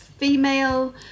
female